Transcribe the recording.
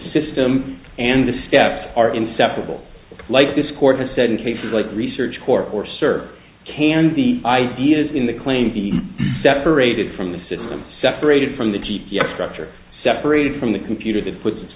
system and the steps are inseparable like this court has said in cases like research corp or sir can the ideas in the claim be separated from the system separated from the g p s structure separated from the computer that puts